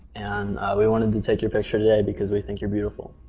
and we wanted to take your picture today because we think you're beautiful.